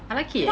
I like it